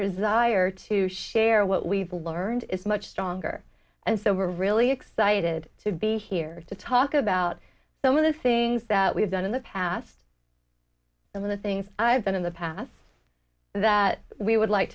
desire to share what we've learned is much stronger and so we're really excited to be here to talk about some of the things that we've done in the past some of the things i've done in the past that we would like